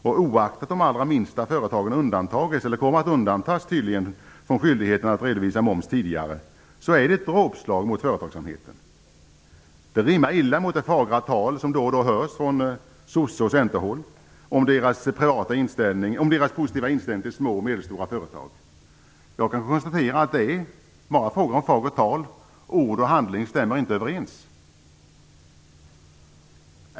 Oaktat att de allra minsta företagen undantagits eller tydligen kommer att undantas från skyldigheten att redovisa moms tidigare är det ett dråpslag mot företagsamheten. Det rimmar illa med det fagra tal som då och då hörs från sosse och Centerhåll om deras positiva inställning till små och medelstora företag. Jag kan konstatera att det endast är fråga om fagert tal. Ord och handling stämmer inte överens.